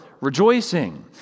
Rejoicing